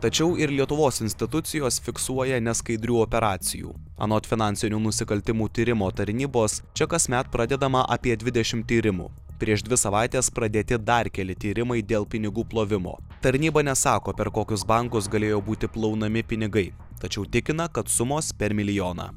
tačiau ir lietuvos institucijos fiksuoja neskaidrių operacijų anot finansinių nusikaltimų tyrimo tarnybos čia kasmet pradedama apie dvidešim tyrimų prieš dvi savaites pradėti dar keli tyrimai dėl pinigų plovimo tarnyba nesako per kokius bankus galėjo būti plaunami pinigai tačiau tikina kad sumos per milijoną